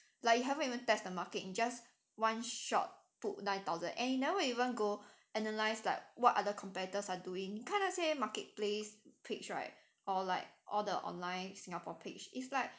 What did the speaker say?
like you haven't even test the market you just one shot put nine thousand and you never even go analyse like what other competitors are doing kind of say market place page right or like all the online singapore page is like